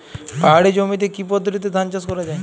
পাহাড়ী জমিতে কি পদ্ধতিতে ধান চাষ করা যায়?